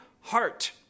heart